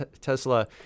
Tesla